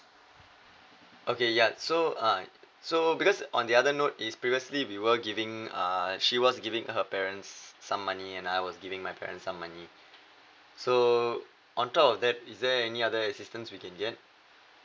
okay ya so uh so because on the other note is previously we were giving uh she was giving her parents s~ some money and I was giving my parents some money so on top of that is there any other assistance we can get